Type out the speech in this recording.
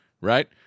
Right